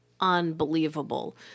unbelievable